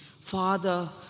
Father